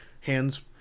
hands